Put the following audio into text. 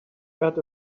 got